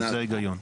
זה ההיגיון.